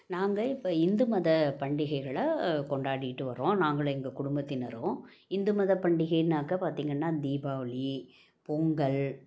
நாங்கள் இப்போ இந்து மத பண்டிகைகளை கொண்டாடிக்கிட்டு வரோம் நாங்களும் எங்கள் குடும்பத்தினரும் இந்து மத பண்டிகைன்னாக்க பார்த்தீங்கன்னா தீபாவளி பொங்கல்